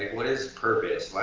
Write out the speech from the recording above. what is purpose?